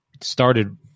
started